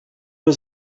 nur